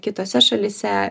kitose šalyse